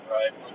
Right